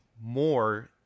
more